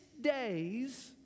days